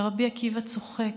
ורבי עקיבא צוחק.